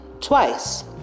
twice